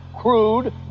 crude